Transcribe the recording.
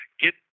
get